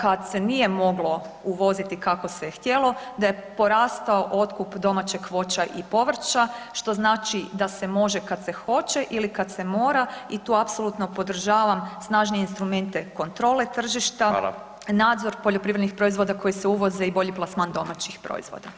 kad se nije moglo uvoziti kako se je htjelo, da je porastao otkup domaćeg voća i povrća, što znači da se može kad se hoće ili kad se mora i tu apsolutno podržavam snažnije instrumente kontrole tržišta [[Upadica: Fala]] nadzor poljoprivrednih proizvoda koji se uvoze i bolji plasman domaćih proizvoda.